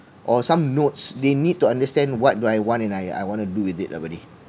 or some notes they need to understand what do I want and I I want to do with it lah buddy